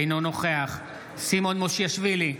אינו נוכח סימון מושיאשוילי,